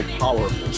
powerful